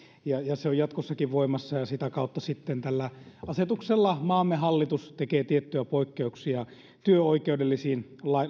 ja ja se on jatkossakin voimassa ja sitä kautta sitten tällä asetuksella maamme hallitus tekee tiettyjä poikkeuksia työoikeudellisiin